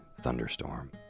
thunderstorm